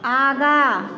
आगा